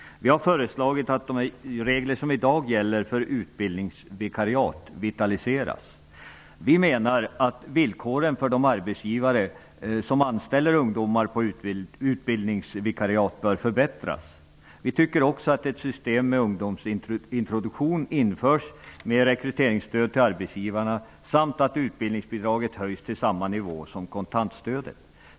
Vi har föreslagit att de regler som i dag gäller för utbildningsvikariaten skall vitaliseras. Vi menar att villkoren för de arbetsgivare som anställer ungdomar på utbildningsvikariat bör förbättras. Vi tycker också att ett system med ungdomsintroduktion skall införas, med rekryteringsstöd till arbetsgivarna, samt att utbildningsbidraget skall höjas till samma nivå som kontantstödet.